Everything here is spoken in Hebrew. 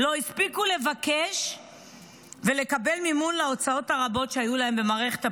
לא הספיקו לבקש ולקבל מימון להוצאות הרבות שהיו להם במערכת הבחירות.